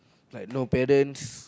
like no balance